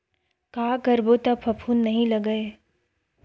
का करबो त फफूंद नहीं लगय?